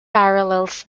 parallels